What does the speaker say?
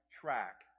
track